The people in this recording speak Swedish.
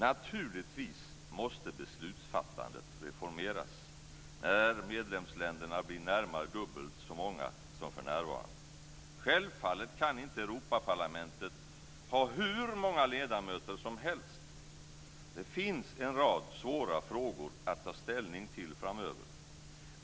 Naturligtvis måste beslutsfattandet reformeras när medlemsländerna blir närmare dubbelt så många som för närvarande. Självfallet kan inte Europaparlamentet ha hur många ledamöter som helst. Det finns en rad svåra frågor att ta ställning till framöver.